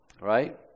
Right